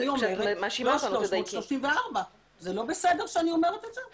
אני אומרת לא 300 אלא 34. זה לא בסדר שאני אומרת את זה?